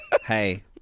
Hey